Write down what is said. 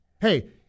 Hey